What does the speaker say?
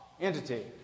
entity